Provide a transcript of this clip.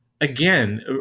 again